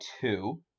two